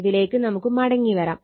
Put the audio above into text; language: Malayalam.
ഇതിലേക്ക് നമുക്ക് മടങ്ങി വരാം